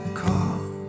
call